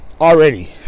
Already